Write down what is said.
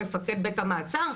מפקד בית המעצר,